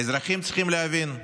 האזרחים צריכים להבין,